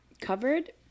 Covered